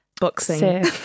boxing